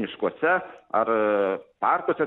miškuose ar parkuose